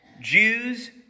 Jews